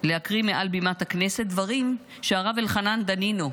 להקריא מעל בימת הכנסת דברים שהרב אלחנן דנינו,